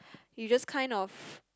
you just kind of